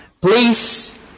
Please